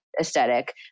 aesthetic